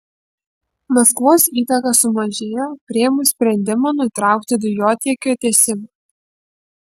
maskvos įtaka sumažėjo priėmus sprendimą nutraukti dujotiekio tiesimą